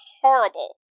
horrible